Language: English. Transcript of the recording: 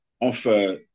offer